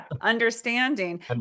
Understanding